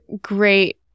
great